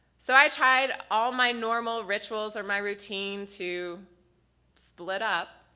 so, i tried all my normal rituals or my routine to split up